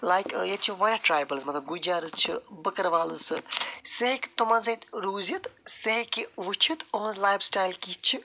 like ٲں ییٚتہِ چھِ واریاہ ٹرٛایبَلٕز مطلب گُجرٕز چھِ بٔکٕروالٕز چھِ سُہ ہیٚکہِ تِمَن سۭتۍ روٗزِتھ سُہ ہیٚکہِ وُچھِتھ یِہنٛز لایف سِٹایِل کِژھ چھِ